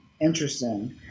interesting